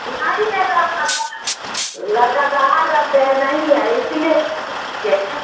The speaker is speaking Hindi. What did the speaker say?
नहीं है लड़का सर लड़का बाहर रहते हैं नहीं है इसी लिए पूछ लिए हैं